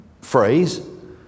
phrase